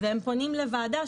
והם פונים לוועדה,